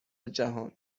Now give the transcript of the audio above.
جهان